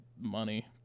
money